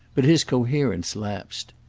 but his coherence lapsed.